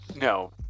No